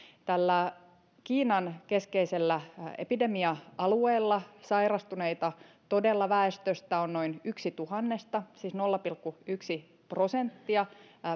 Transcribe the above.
tällä kiinan keskeisellä epidemia alueella sairastuneita väestöstä on todella noin yksi tuhannesta siis nolla pilkku yksi prosenttia